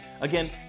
Again